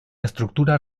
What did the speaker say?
estructura